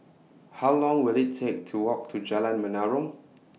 How Long Will IT Take to Walk to Jalan Menarong